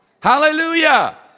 Hallelujah